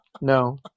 no